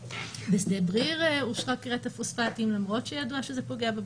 בשדה דביר אושרה כריית הפוספטים למרות שידוע שזה פוגע בבריאות.